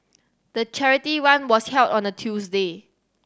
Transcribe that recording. the charity run was held on a Tuesday